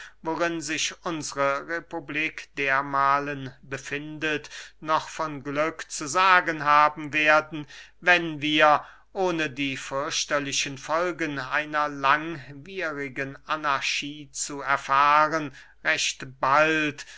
worin sich unsre republik dermahlen befindet noch von glück zu sagen haben werden wenn wir ohne die fürchterlichen folgen einer langwierigen anarchie zu erfahren recht bald